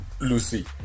Lucy